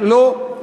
לא,